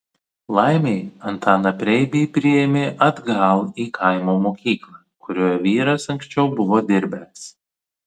laimei antaną preibį priėmė atgal į kaimo mokyklą kurioje vyras anksčiau buvo dirbęs